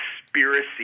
conspiracy